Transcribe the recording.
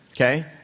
Okay